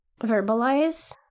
verbalize